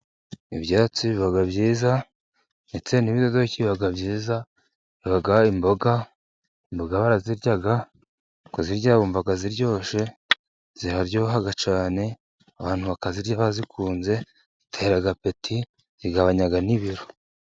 Ibyatsi biba byiza, ndetse n'ibidodoki biba byiza, bigira imboga. Imboga barazirya, kuzirya wumva ziryoshye, ziharyoha cyane, abantu bakaziryabazikunze zitera apeti zigabanya n'ibiro.